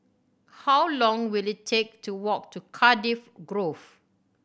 how long will it take to walk to Cardiff Grove